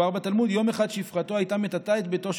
מסופר בתלמוד: יום אחד שפחתו של רבי הייתה מטאטאה את ביתו.